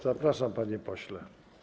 Zapraszam, panie pośle.